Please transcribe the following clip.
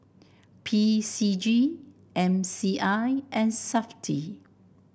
P C G M C I and Safti